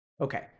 Okay